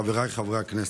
חבריי חברי הכנסת,